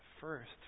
first